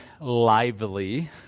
lively